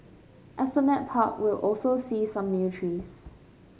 Esplanade Park will also see some new trees